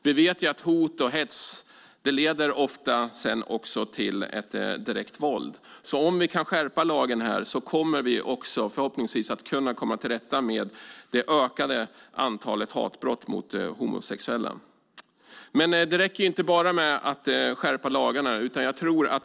Vi vet att hot och hets ofta sedan också leder till direkt våld. Om vi kan skärpa lagen kommer vi också förhoppningsvis att kunna komma till rätta med det ökade antalet hatbrott mot homosexuella. Men det räcker inte med att bara skärpa lagarna.